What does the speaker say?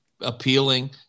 appealing